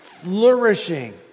flourishing